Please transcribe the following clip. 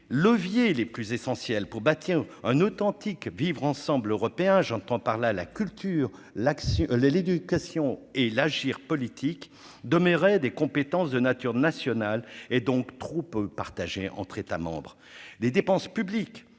leviers les plus essentiels pour bâtir un authentique vivre ensemble européen, j'entends par là, la culture, l'action les l'éducation et l'agir politique de Muray des compétences de nature nationale et donc troupes partagé entre États membres,